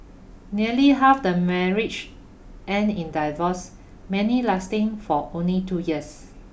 nearly half the marriage end in divorce many lasting for only two years